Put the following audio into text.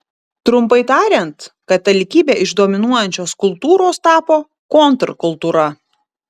trumpai tariant katalikybė iš dominuojančios kultūros tapo kontrkultūra